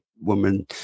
woman